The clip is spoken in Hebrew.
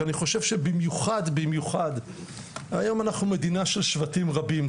כי אני חושב שבמיוחד במיוחד היום אנחנו מדינה של שבטים רבים,